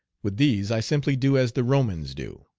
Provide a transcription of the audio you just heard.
with these i simply do as the romans do.